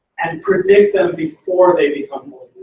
and predict them before they become this'll